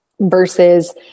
versus